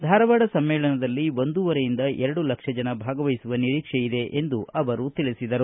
ಧಾರವಾಡ ಸಮ್ಮೇಳನದಲ್ಲಿ ಒಂದೂವರೆಯಿಂದ ಎರಡು ಲಕ್ಷ ಜನ ಭಾಗವಹಿಸುವ ನಿರೀಕ್ಷೆ ಇದೆ ಎಂದು ಅವರು ಹೇಳದರು